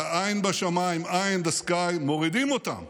והעין בשמיים, eye in the sky, ומורידים אותם